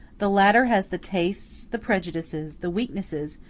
the latter has the tastes, the prejudices, the weaknesses,